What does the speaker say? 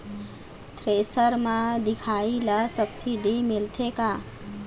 Thresher म दिखाही ला सब्सिडी मिलथे का?